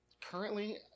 currently